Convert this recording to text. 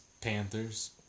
Panthers